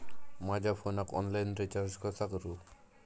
माझ्या फोनाक online recharge कसा करू?